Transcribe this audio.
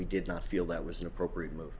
we did not feel that was an appropriate move